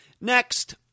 Next